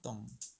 懂